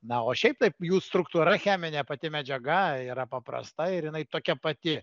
na o šiaip taip jų struktūra cheminė pati medžiaga yra paprasta ir jinai tokia pati